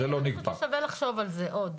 אני חושבת ששווה לחשוב על זה עוד.